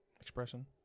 expression